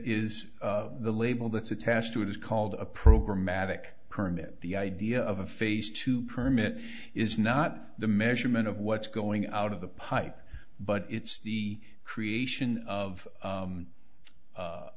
is the label that's attached to it is called a program matic permit the idea of a face to permit is not the measurement of what's going out of the pipe but it's the creation of